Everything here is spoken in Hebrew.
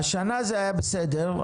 השנה זה היה בסדר.